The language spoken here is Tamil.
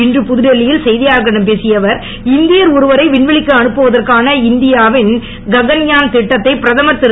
இன்று புதுடெல்லியில் செய்தியாளர்களிடம் பேசிய அவர் இந்தியர் ஒருவரை விண்வெளிக்கு அனுப்புவதற்கான இந்தியாவின் ககன்யான் திட்டத்தை பிரதமர் திரு